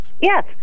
Yes